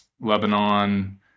Lebanon